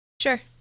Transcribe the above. Sure